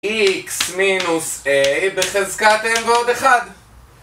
איקס מינוס איי בחזקת אם ועוד אחד